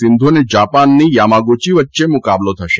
સીંધુ અને જાપાનની યામાગુચી વચ્ચે મુકાબલો થશે